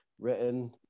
written